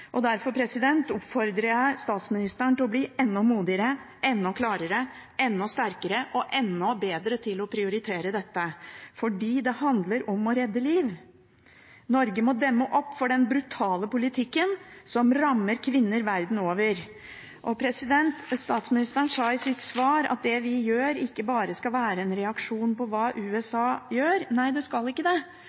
og kvinnenes sak. Derfor oppfordrer jeg statsministeren til å bli enda modigere, enda klarere, enda sterkere og enda bedre til å prioritere dette, fordi det handler om å redde liv. Norge må demme opp for den brutale politikken som rammer kvinner verden over. Statsministeren sa i sitt svar at det vi gjør, ikke bare skal være en reaksjon på hva USA gjør. Nei, det skal ikke det – det skal være fordi vi også mener det